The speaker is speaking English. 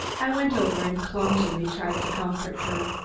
i went over and clumsily tried to comfort her.